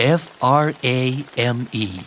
FRAME